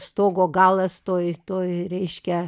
stogo galas tuoj tuoj reiškia